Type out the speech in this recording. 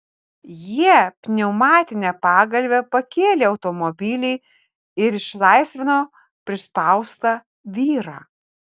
jie pneumatine pagalve pakėlė automobilį ir išlaisvino prispaustą vyrą